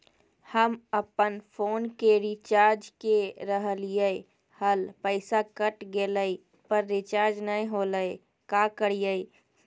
हम अपन फोन के रिचार्ज के रहलिय हल, पैसा कट गेलई, पर रिचार्ज नई होलई, का करियई?